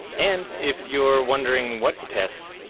and if you're wondering what to test,